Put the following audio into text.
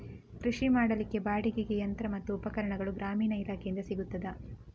ಕೃಷಿ ಮಾಡಲಿಕ್ಕೆ ಬಾಡಿಗೆಗೆ ಯಂತ್ರ ಮತ್ತು ಉಪಕರಣಗಳು ಗ್ರಾಮೀಣ ಇಲಾಖೆಯಿಂದ ಸಿಗುತ್ತದಾ?